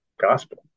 gospel